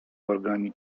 wargami